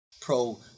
pro